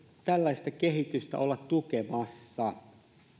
tällaista kehitystä olla tukemassa